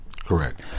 correct